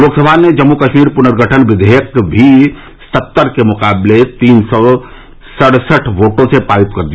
लोकसभा ने जम्मू कश्मीर पुनर्गठन विधेयक भी सत्तर के मुकाबले तीन सौ सड़सठ वोटों से पारित कर दिया